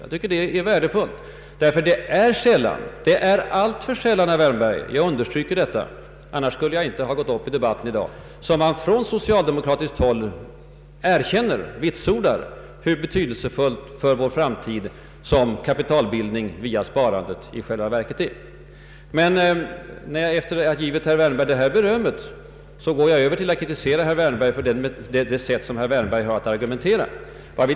Jag tycker att det är värdefullt, ty det är alltför sällan, herr Wärnberg — jag understryker detta, annars skulle jag inte ha gått upp i debatten här i dag — som man från socialdemokratiskt håll vitsordar hur betydelsefull för vår framtid kapitalbildning via sparande i själva verket är. Efter att ha givit herr Wärnberg detta beröm vill jag kritisera honom för det sätt varpå han argumenterar.